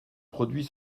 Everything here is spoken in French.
produit